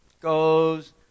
goes